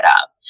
up